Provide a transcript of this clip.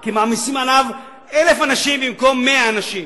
כי מעמיסים עליו 1,000 אנשים במקום 100 אנשים,